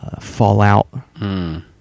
fallout